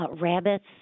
rabbits